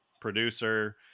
producer